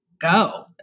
go